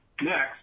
Next